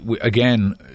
again